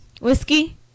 Whiskey